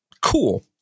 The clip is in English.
Cool